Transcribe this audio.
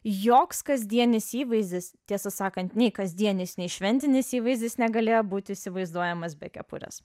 joks kasdienis įvaizdis tiesą sakant nei kasdienis nei šventinis įvaizdis negalėjo būt įsivaizduojamas be kepurės